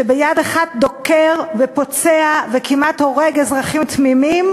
שביד אחת דוקר ופוצע וכמעט הורג אזרחים תמימים,